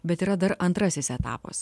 bet yra dar antrasis etapas